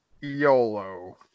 YOLO